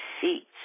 seats